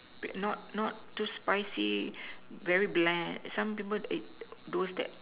not not too spicy very blend some people ate those that